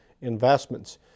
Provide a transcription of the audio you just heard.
investments